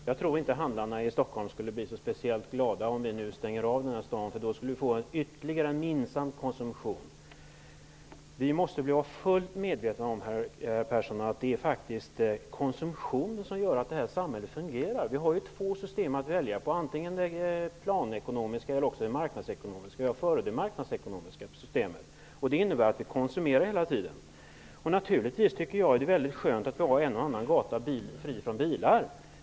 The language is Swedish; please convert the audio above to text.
Herr talman! Jag tror inte att handlarna i Stockholm skulle bli speciellt glada om vi stänger av hela staden. Då skulle det bli fråga om ytterligare minskad konsumtion. Vi måste vara fullt medvetna om, herr Persson, att det är faktiskt konsumtion som gör att samhället fungerar. Vi har två system att välja på, antingen det planekonomiska eller det marknadsekonomiska. Jag föredrar det marknadsekonomiska systemet. Det innebär att vi konsumerar hela tiden. Naturligtvis tycker jag att det är skönt att en och annan gata är fri från bilar.